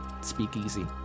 speakeasy